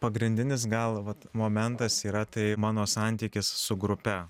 pagrindinis gal vat momentas yra tai mano santykis su grupe